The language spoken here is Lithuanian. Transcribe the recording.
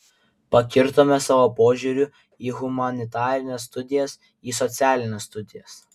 pakirtome savo požiūriu į humanitarines studijas į socialines studijas